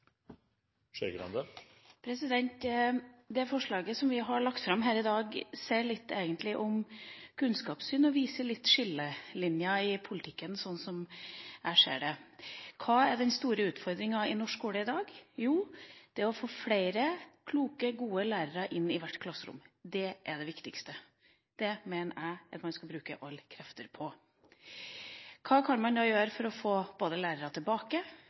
til. Det forslaget som vi har lagt fram her i dag, sier egentlig litt om kunnskapssyn og viser noen skillelinjer i politikken, slik jeg ser det. Hva er den store utfordringa i norsk skole i dag? Jo, det er å få flere kloke, gode lærere inn i hvert klasserom. Det er det viktigste. Det mener jeg at man skal bruke alle krefter på. Hva kan man da gjøre for både å få lærere tilbake,